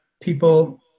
people